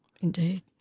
Indeed